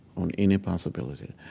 on any possibility.